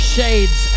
Shades